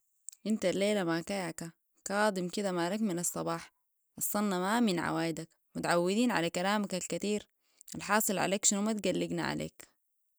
انت الليلة ما كا ياكا كاضم كده مالك من الصباح الصنة ما من عوايدك متعودين على كلامك الكتير الحاصل عليك شنو ما تقلقنا عليك